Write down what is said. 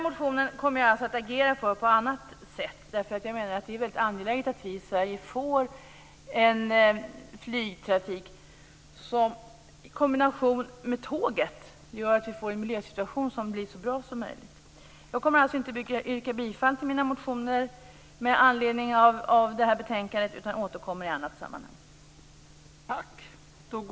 Jag kommer att agera för motionen på annat sätt därför att det, menar jag, är väldigt angeläget att vi i Sverige får en flygtrafik som i kombination med tåget ger oss en så bra miljösituation som möjligt. Jag kommer alltså inte att yrka bifall till mina motioner med anledning av betänkandet, utan jag återkommer i annat sammanhang.